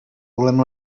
volem